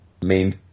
main